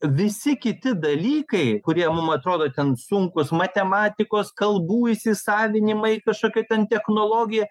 visi kiti dalykai kurie mum atrodo ten sunkūs matematikos kalbų įsisavinimai kažkokia ten technologija